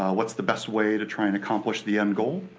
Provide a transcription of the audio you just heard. what's the best way to try and accomplish the end goal,